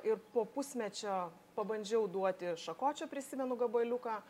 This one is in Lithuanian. ir po pusmečio pabandžiau duoti šakočio prisimenu gabaliuką